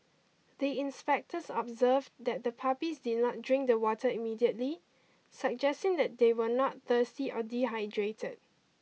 the inspectors observed that the puppies did not drink the water immediately suggesting that they were not thirsty or dehydrated